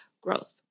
growth